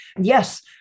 yes